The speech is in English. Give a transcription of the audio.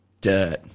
dirt